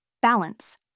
balance